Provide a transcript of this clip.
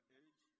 age